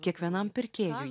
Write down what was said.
kiekvienam pirkėjui